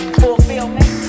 fulfillment